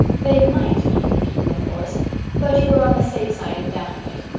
they might be good people, of course but you were on the safe side in doubting it.